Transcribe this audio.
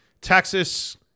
Texas